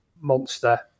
monster